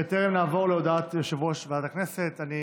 בטרם נעבור להודעת יושב-ראש הכנסת, אני